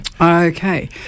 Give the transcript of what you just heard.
Okay